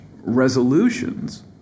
resolutions